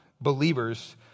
believers